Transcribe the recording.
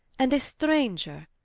and a stranger,